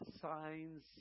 signs